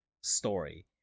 story